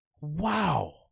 Wow